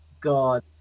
God